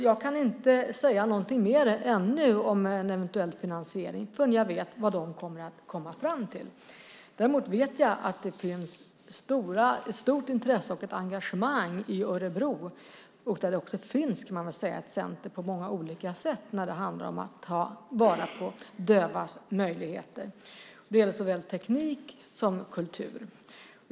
Jag kan inte ännu säga någonting mer om en eventuell finansiering. Det kan jag inte förrän jag vet vad de kommer fram till. Däremot vet jag att det finns ett stort intresse och ett engagemang i Örebro där det, kan man säga, på många olika sätt finns ett center när det handlar om att ta till vara dövas möjligheter. Det gäller såväl teknik som kultur.